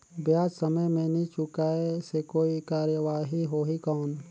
ब्याज समय मे नी चुकाय से कोई कार्रवाही होही कौन?